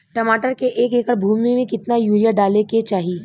टमाटर के एक एकड़ भूमि मे कितना यूरिया डाले के चाही?